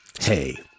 hey